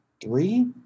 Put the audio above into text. three